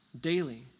daily